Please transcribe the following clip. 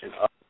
up